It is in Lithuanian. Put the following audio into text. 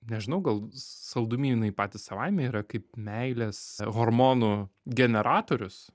nežinau gal saldumynai patys savaime yra kaip meilės hormonų generatorius